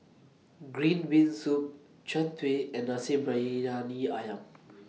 Green Bean Soup Jian Dui and Nasi Briyani Ayam